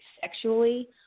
sexually